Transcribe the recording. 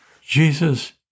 Jesus